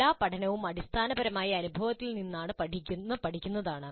എല്ലാ പഠനവും അടിസ്ഥാനപരമായി അനുഭവത്തിൽ നിന്ന് പഠിക്കുന്നതാണ്